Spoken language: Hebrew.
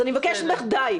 אז אני מבקשת ממך די.